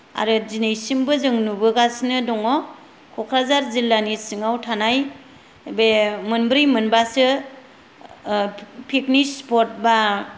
आरो दिनैसिमबो जों नुबोगासिनो दङ क'क्राझार जिल्लानि सिङाव थानाय बे मोनब्रै मोनबासो फिकनिक स्पत बा